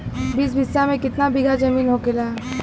बीस बिस्सा में कितना बिघा जमीन होखेला?